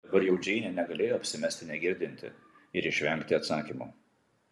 dabar jau džeinė negalėjo apsimesti negirdinti ir išvengti atsakymo